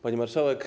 Pani Marszałek!